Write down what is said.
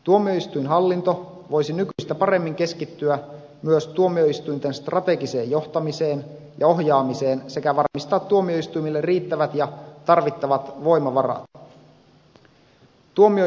tuomioistuinhallinto voisi nykyistä paremmin keskittyä myös tuomioistuinten strategiseen johtamiseen ja ohjaamiseen sekä varmistaa tuomioistuimille riittävät ja tarvittavat voimavarat